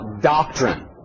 doctrine